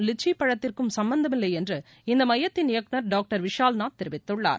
lychee பழத்திற்கும் சம்பந்தமில்லை என்று இந்த மையத்தின் இயக்குநர் டாக்டர் விஷால்நாத் தெரிவித்துள்ளார்